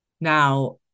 Now